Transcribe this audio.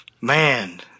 Man